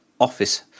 office